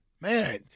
Man